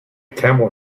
camel